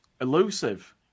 Elusive